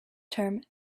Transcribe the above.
term